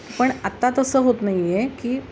पण आता तसं होत नाही आहे की